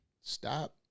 Stop